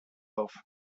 auf